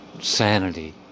sanity